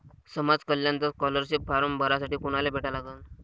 समाज कल्याणचा scholarship form भरासाठी कुनाले भेटा लागन?